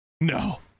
No